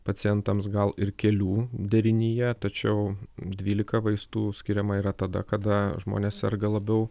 pacientams gal ir kelių derinyje tačiau dvylika vaistų skiriama yra tada kada žmonės serga labiau